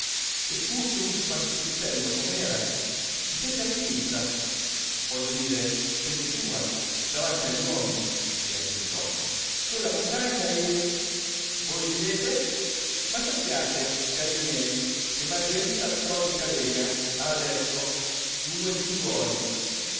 pur così panciutello com'era si fece alpinista voglio dire fece sua davanti agli uomini e a dio quella montagna e voi ridete ma sappiate cari miei che margherita todi-carega ha adesso due figliuoli